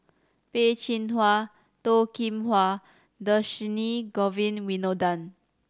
Peh Chin Hua Toh Kim Hwa and Dhershini Govin Winodan